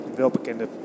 welbekende